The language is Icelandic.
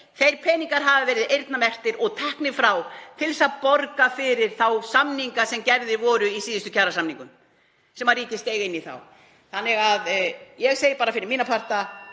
þeir peningar hafa verið eyrnamerktir og teknir frá til þess að borga fyrir þá samninga sem gerðir voru í síðustu kjarasamningum sem ríkið steig inn í þá. Ég segi bara fyrir mína parta: